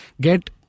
get